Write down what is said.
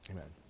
Amen